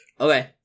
Okay